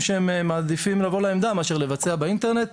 שמעדיפים לבוא לעמדה מאשר לבצע באינטרנט,